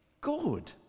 good